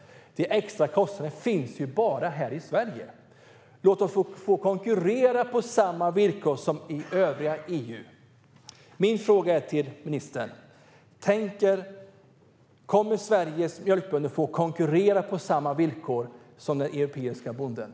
Dessa extra kostnader finns bara här i Sverige. Låt oss få konkurrera på samma villkor som bönder i övriga EU. Min fråga till ministern är: Kommer Sveriges mjölkbönder att få konkurrera på samma villkor som de europeiska bönderna?